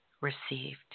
received